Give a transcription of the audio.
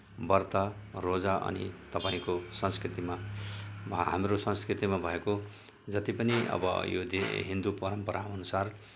व्रत रोजा अनि तपाईँको संस्कृतिमा हाम्रो संस्कृतिमा भएको जति पनि अब यो दे हिन्दू परम्पराअनुसार